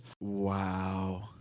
Wow